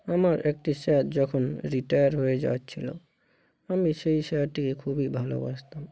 আমার একটি স্যার যখন রিটায়ার হয়ে যাচ্ছিলো আমি সেই স্যারটিকে খুবই ভালোবাসতাম